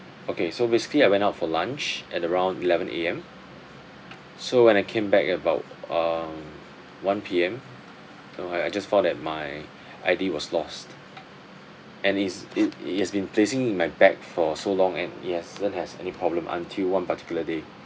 okay so basically I went out for lunch at around eleven A_M so when I came back about um one P_M you know I I just found that my I_D was lost and it's it it has been placing in my bag for so long and it hasn't has any problem until one particular day